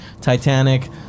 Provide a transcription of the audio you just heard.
Titanic